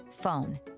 phone